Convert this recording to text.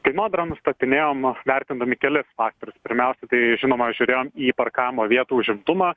kainodarą nustatinėjom vertindami kelis faktorius pirmiausia tai žinoma žiūrėjo į parkavimo vietų užimtumą